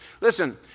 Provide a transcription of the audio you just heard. Listen